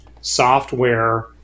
software